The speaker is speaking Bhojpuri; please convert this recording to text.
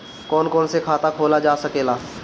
कौन कौन से खाता खोला जा सके ला?